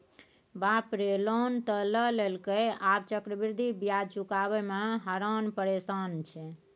बाप रे लोन त लए लेलकै आब चक्रवृद्धि ब्याज चुकाबय मे हरान परेशान छै